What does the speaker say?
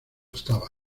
estaba